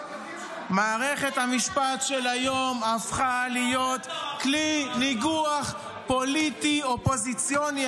מערכת המשפט של היום הפכה להיות כלי ניגוח פוליטי אופוזיציוני.